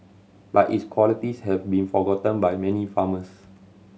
but its qualities have been forgotten by many farmers